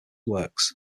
works